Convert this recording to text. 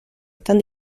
están